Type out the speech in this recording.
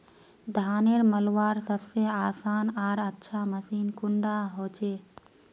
धानेर मलवार सबसे आसान आर अच्छा मशीन कुन डा होचए?